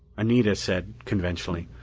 anita said conventionally,